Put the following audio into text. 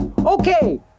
Okay